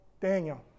Daniel